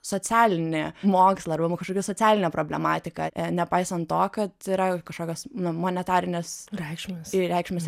socialinį mokslą arba kažkokią socialinę problematiką nepaisant to kad yra kažkokios monetarinės reikšmės ir reikšmės